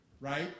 right